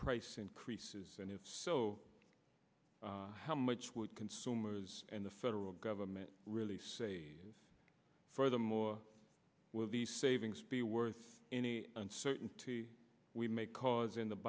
price increases and if so how much would consumers and the federal government really say furthermore will the savings be worth any uncertainty we may cause in the